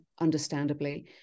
understandably